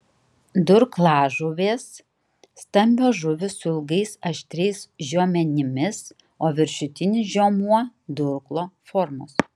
durklažuvės stambios žuvys su ilgais aštriais žiomenimis o viršutinis žiomuo durklo formos